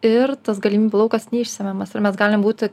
ir tas galimybių laukas neišsemiamas ir mes galim būti